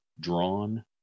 drawn